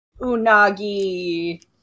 Unagi